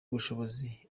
ubushobozi